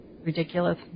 ridiculous